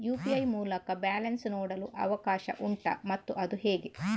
UPI ಮೂಲಕ balance ನೋಡಲು ಅವಕಾಶ ಉಂಟಾ ಮತ್ತು ಅದು ಹೇಗೆ?